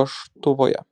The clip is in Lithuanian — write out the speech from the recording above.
paštuvoje